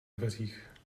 dveřích